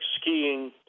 skiing